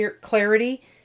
clarity